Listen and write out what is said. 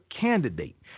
candidate